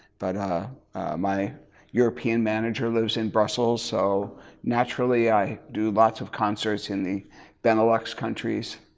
but my european manager lives in brussels so naturally i do lots of concerts in the benelux countries.